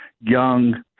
young